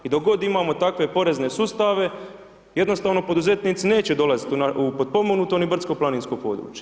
I dok god imamo takve porezne sustave jednostavno poduzetnici neće dolaziti u potpomognuto ni brdsko-planinsko područje.